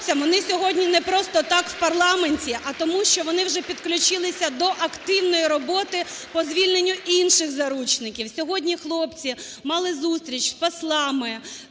Вони сьогодні не просто так в парламенті, а тому що вони вже підключилися до активної роботи по звільненню інших заручників. Сьогодні хлопці мали зустріч з послами